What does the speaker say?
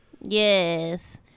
Yes